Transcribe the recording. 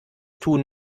tun